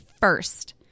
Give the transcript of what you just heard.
first